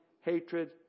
hatred